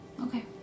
Okay